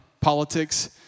politics